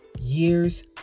years